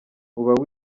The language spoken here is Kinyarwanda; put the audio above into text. uba